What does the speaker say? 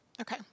Okay